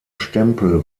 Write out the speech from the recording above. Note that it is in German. stempel